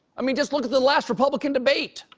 i mean just look at the last republican debate.